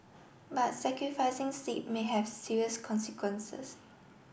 but sacrificing sleep may have serious consequences